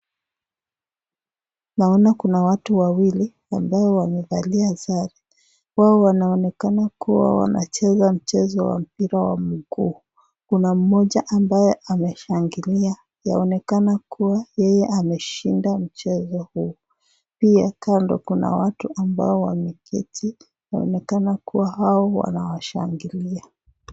Kuna watu wawili ambao wamevalia sare. Wao wanaonekana kuwa wanacheza mchezo wa mpira wa mguu. Kuna mmoja ambaye ameshangilia. Yaonekana kuwa yeye ameshinda mchezo huo. Pia kando kuna watu ambao wameketi, inaonekana kuwa hao wanawashangilia.